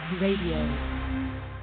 Radio